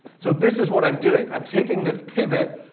so this is what i'm doing. i'm taking this pivot,